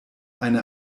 eine